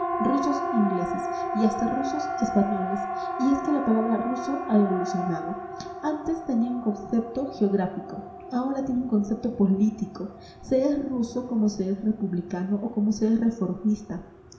rusos ingleses y hasta rusos españoles y es que la palabra ruso ha evolucionado antes tenía un concepto geográfico ahora tiene un concepto político se es ruso como se es republicano o como se es reformista